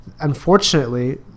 unfortunately